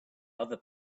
other